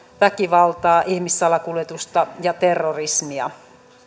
väkivaltaa ihmissalakuljetusta ja terrorismia